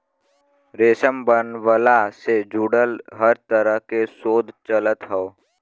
रेशम बनवला से जुड़ल हर तरह के शोध चलत हौ